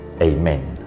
Amen